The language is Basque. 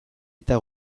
eta